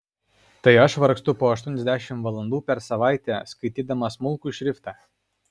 tai aš vargstu po aštuoniasdešimt valandų per savaitę skaitydama smulkų šriftą